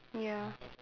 ya